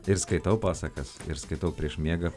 ir skaitau pasakas ir skaitau prieš miegą